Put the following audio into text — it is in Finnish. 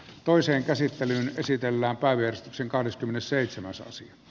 toiseen käsittelyyn käsitellään päivystyksen kahdeskymmenesseitsemäs vuosi